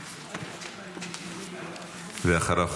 ואחריו,